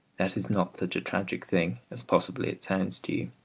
that is not such a tragic thing as possibly it sounds to you.